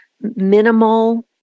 minimal